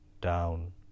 down